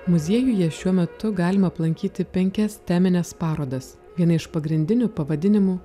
muziejuje šiuo metu galima aplankyti penkias temines parodas viena iš pagrindinių pavadinimų